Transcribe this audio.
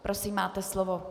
Prosím, máte slovo.